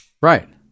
right